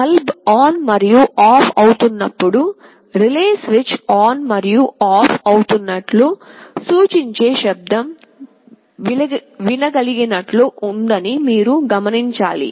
bulb on మరియు off అవుతున్నప్పుడు relay switch on మరియు ఆఫ్ అవుతున్నట్లు సూచించే శబ్దం వినగలిగినట్లు ఉందని మీరు గమనించాలి